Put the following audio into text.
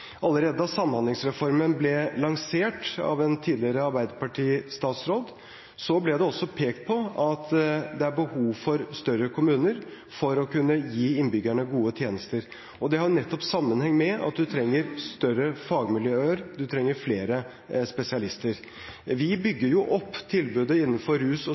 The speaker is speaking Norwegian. Allerede da Samhandlingsreformen ble lansert av en tidligere arbeiderpartistatsråd, ble det pekt på at det er behov for større kommuner for å kunne gi innbyggerne gode tjenester. Det har nettopp sammenheng med at man trenger større fagmiljøer og flere spesialister. Vi bygger jo opp tilbudet innenfor rus og